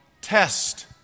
test